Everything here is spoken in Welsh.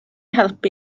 helpu